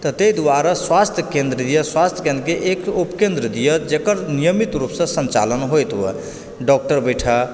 तऽ तहि दुआरे स्वास्थ्य केन्द्र यऽ स्वास्थ्य केन्द्रके एक उपकेन्द्र दिअऽ जेकर नियमित रूपसँ सञ्चालन होइत हुए डॉक्टर बैठै